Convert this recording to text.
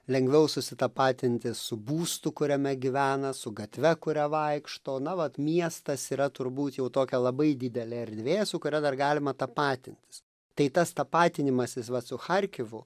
lengviau susitapatinti su būstu kuriame gyvena su gatve kuria vaikšto na vat miestas yra turbūt jau tokia labai didelė erdvė su kuria dar galima tapatintis tai tas tapatinimasis va su charkivu